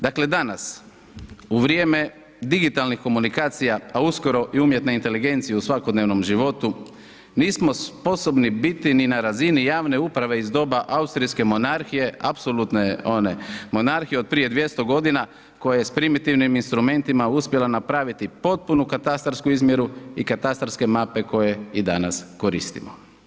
Dakle, danas u vrijeme digitalnih komunikacija, a uskoro i umjetne inteligencije u svakodnevnom životu nismo sposobni biti ni na razini javne uprave iz doba austrijske monarhije apsolutno je, one monarhije od prije 200.g. koja je s primitivnim instrumentima uspjela napraviti potpunu katastarsku izmjeru i katastarske mape koje i danas koristimo.